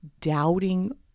doubting